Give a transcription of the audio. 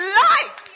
life